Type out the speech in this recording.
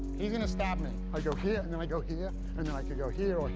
he's gonna stab me. i go here and then i go here. and then i could go here, or here.